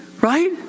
right